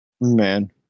Man